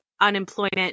unemployment